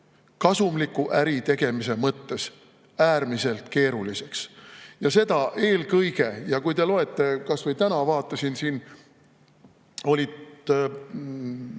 kasumliku äritegemise mõttes äärmiselt keeruliseks. Seda eelkõige. Ja kui te loete – kasvõi täna vaatasin – mingite